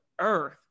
earth